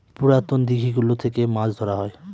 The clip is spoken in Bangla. পুরাতন দিঘি গুলো থেকে মাছ ধরা হয়